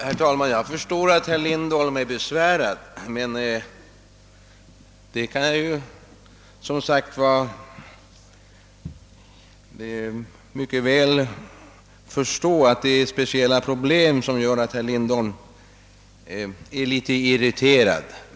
Herr talman! Jag förstår att herr Lindholm är besvärad och att det är speciella problem som gör att han blir litet irriterad.